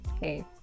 Hey